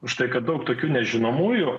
už tai kad daug tokių nežinomųjų